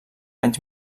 anys